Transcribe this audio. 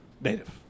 Native